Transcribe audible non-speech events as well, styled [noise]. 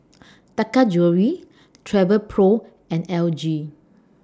[noise] Taka Jewelry Travelpro and L G